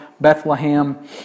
Bethlehem